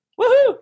Woohoo